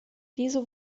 diese